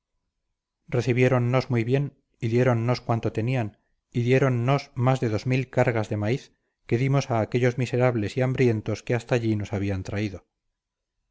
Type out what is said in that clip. cristianos recibiéronnos muy bien y diéronnos cuanto tenían y diéronnos más de dos mil cargas de maíz que dimos a aquellos miserables y hambrientos que hasta allí nos habían traído